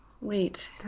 Wait